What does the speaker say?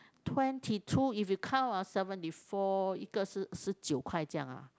twenty two if you count ah seventy four 一个是十九块这样 ah